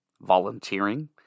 Volunteering